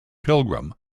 pilgrim